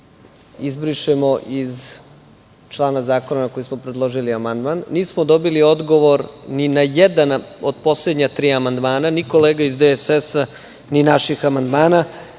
izbrišemo iz člana zakona na koji smo predložili amandman. Nismo dobili odgovor ni na jedan od poslednja amandmana, ni kolege iz DSS, ni naših amandmana.